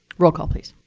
roll call, please.